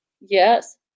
Yes